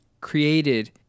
created